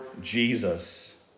Jesus